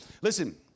Listen